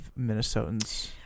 Minnesotans